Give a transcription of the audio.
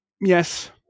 Yes